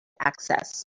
access